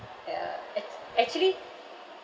ya act~ actually